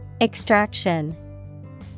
Extraction